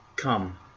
Come